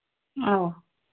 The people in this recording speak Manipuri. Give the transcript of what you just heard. ꯑꯧ